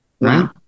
right